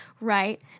right